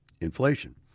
inflation